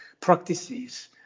practices